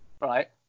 right